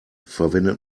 verwendet